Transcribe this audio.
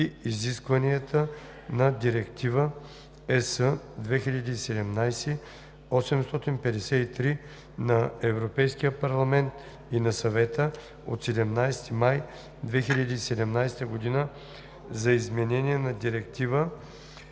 и изискванията на Директива (ЕС) 2017/853 на Европейския парламент и на Съвета от 17 май 2017 г. за изменение на Директива